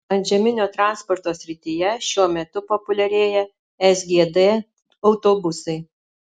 antžeminio transporto srityje šiuo metu populiarėja sgd autobusai